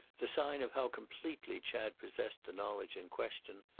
the sign of how completely chad possessed the knowledge in question,